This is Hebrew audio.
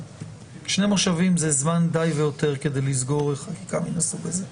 שני מושבים זה זמן די והותר כדי לסגור חקיקה מן הסוג הזה,